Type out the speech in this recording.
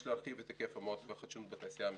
יש להרחיב את היקף המו"פ וקידום החדשנות בתעשייה המסורתית.